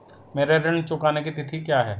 मेरे ऋण चुकाने की तिथि क्या है?